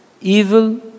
Evil